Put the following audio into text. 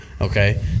Okay